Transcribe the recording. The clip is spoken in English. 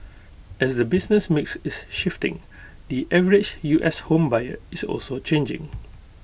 as the business mix is shifting the average U S home buyer is also changing